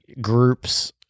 groups